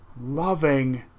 loving